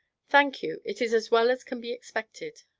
thank you, it is as well as can be expected.